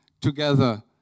together